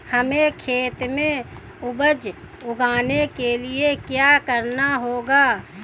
हमें खेत में उपज उगाने के लिये क्या करना होगा?